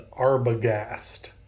Arbogast